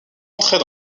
entrait